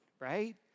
right